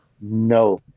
no